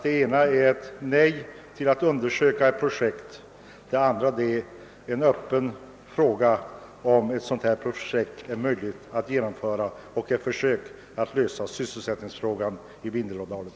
Det ena är nej till en undersökning av projektet, det andra lämnar frågan öppen om ett sådant här projekt bör genomföras såsom ett led i försöken att lösa sysselsättningsfrågan i Vindelådalen.